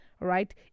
Right